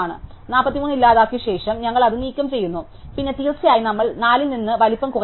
43 ഇല്ലാതാക്കിയ ശേഷം ഞങ്ങൾ അത് നീക്കംചെയ്യുന്നു പിന്നെ തീർച്ചയായും നമ്മൾ 4 ൽ നിന്ന് വലിപ്പം കുറയ്ക്കണം